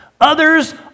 Others